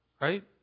Right